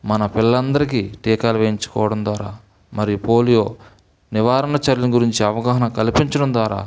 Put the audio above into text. మన పిల్లలందరికీ టీకాలు వేయించుకోవడం ద్వారా మరి పోలియో నివారణ చర్యల గురించి అవగాహన కల్పించడం ద్వారా